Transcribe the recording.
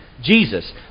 Jesus